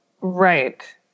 right